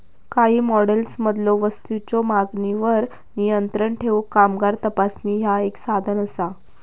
काही मॉडेल्समधलो वस्तूंच्यो मागणीवर नियंत्रण ठेवूक कामगार तपासणी ह्या एक साधन असा